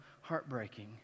heartbreaking